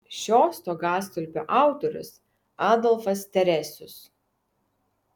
šio stogastulpio autorius adolfas teresius